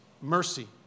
mercy